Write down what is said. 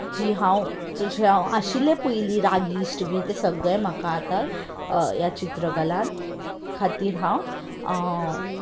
जी हांव जशें हांव आशिल्लें पयलीं रागिश्ट बी तें सगळें म्हाका आतां ह्या चित्रकलांत खातीर हांव